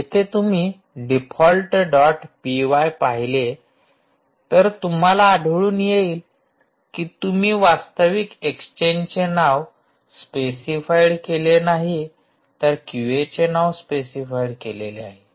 येथे तुम्ही default dot P Y पाहिले तर तुम्हाला आढळून येईल की तुम्ही वास्तविक एक्सचेंजचे नाव स्पेसिफाइड केले नाही तर क्यूएचे नाव स्पेसिफाइड केलेले आहे